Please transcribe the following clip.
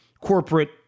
corporate